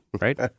right